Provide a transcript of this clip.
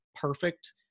perfect